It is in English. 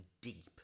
deep